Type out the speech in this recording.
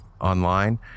online